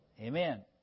Amen